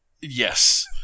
yes